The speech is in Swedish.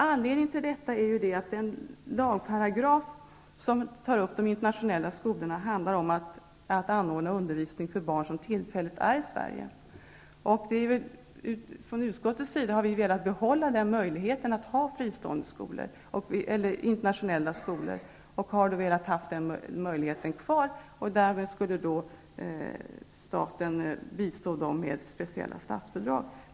Anledningen till detta är att den lagparagraf som tar upp de internationella skolorna handlar om anordnandet av undervisning för barn som tillfälligt är i Sverige. Från utskottsmajoritetens sida har vi velat behålla den möjligheten att driva internationella skolor, och därmed skulle staten bistå dessa skolor med speciella statsbidrag.